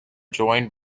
joined